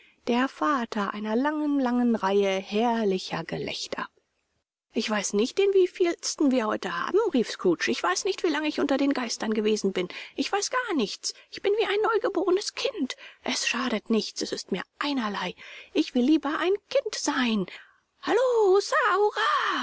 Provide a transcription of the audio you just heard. der vater einer langen langen reihe herrlicher gelächter ich weiß nicht den wievieltesten wir heute haben rief scrooge ich weiß nicht wie lange ich unter den geistern gewesen bin ich weiß gar nichts ich bin wie ein neugebornes kind es schadet nichts ist mir einerlei ich will lieber ein kind sein hallo